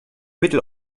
mittel